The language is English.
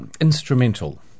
instrumental